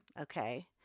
Okay